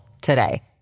today